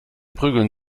prügeln